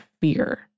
fear